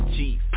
Chief